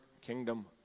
kingdom